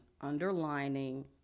underlining